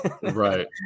Right